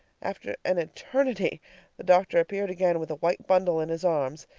after an eternity the doctor appeared again with a white bundle in his arms.